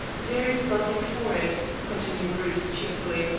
there is nothing for it, continued bruce cheerfully,